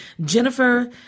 Jennifer